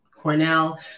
Cornell